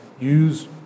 use